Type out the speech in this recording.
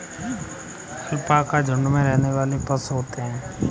alpaca झुण्ड में रहने वाले पशु होते है